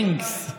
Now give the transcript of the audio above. בברינקס,